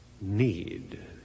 need